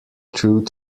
truth